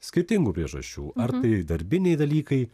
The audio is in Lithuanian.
skirtingų priežasčių ar tai darbiniai dalykai